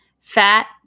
Fat